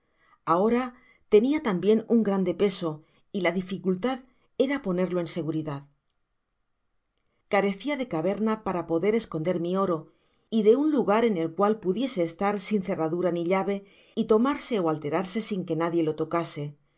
ahora tenia tambien un grande peso y la dificultad era ponerlo en seguridad carecía de caverna para poder esconder mi oro y de un lugar en el cual pudiese estar sin cerradura ni llave y tomarse ó alterarse sin que nadie lo tocase